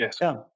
Yes